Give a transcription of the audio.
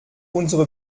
unsere